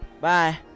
Bye